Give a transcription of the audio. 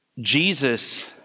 Jesus